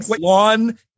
lawn